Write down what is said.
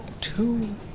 Two